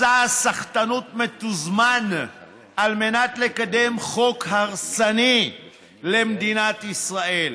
מסע סחטנות מתוזמן על מנת לקדם חוק הרסני למדינת ישראל,